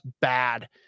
bad